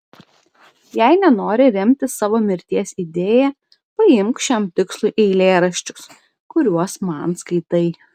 jei nenori remtis savo mirties idėja paimk šiam tikslui eilėraščius kuriuos man skaitai